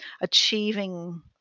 achieving